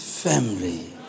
family